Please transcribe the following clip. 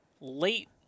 late